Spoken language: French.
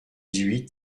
huit